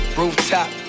rooftop